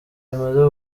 bimaze